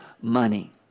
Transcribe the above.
money